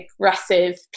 aggressive